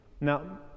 Now